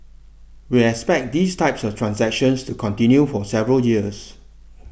we expect these types of transactions to continue for several years